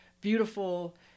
beautiful